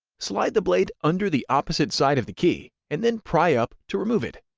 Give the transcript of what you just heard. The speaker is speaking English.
slide the blade under the opposite side of the key, and then pry up to remove it.